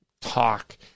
talk